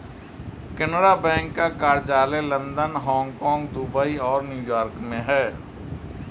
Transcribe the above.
Canara bank का कार्यालय London Hong Kong Dubai और न्यू यॉर्क में है